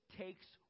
takes